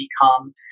become